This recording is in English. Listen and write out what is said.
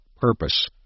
purpose